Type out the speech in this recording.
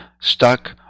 stuck